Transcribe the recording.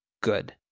good